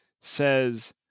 says